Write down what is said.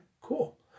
cool